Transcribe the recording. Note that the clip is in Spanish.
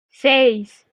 seis